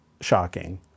shocking